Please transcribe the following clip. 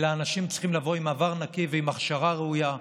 אלא אנשים צריכים לבוא עם עבר נקי ועם הכשרה ראויה,